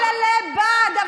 כל אלה בעד.